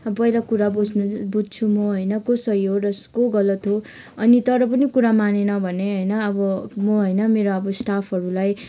पहिलो कुरा बुझ्नु बुझ्छु म को सही हो र को गलत हो अनि तर पनि कुरा मानेन भने होइन अब म होइन मेरो अब स्टाफहरूलाई